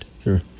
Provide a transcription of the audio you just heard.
Sure